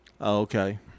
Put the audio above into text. okay